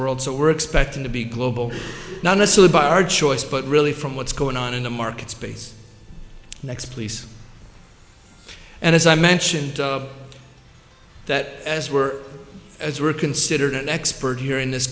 world so we're expecting to be global now nestle by our choice but really from what's going on in the market space next please and as i mentioned that as we're as we're considered an expert here in this